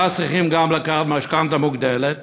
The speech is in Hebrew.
ואז צריכים גם לקחת משכנתה מוגדלת.